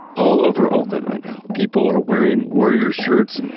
all over oakland right now, people are wearing warriors shirts,